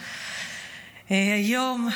היום,